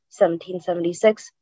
1776